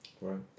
right